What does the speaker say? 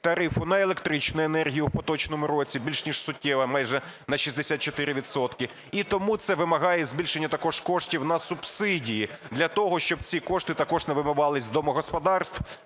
тарифу на електричну енергію у поточному році більш ніж суттєво, майже на 64 відсотки. І тому це вимагає збільшення також коштів на субсидії для того, щоб ці кошти також не вимивались з домогосподарств,